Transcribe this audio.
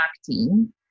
acting